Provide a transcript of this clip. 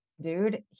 dude